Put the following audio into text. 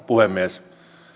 puhemies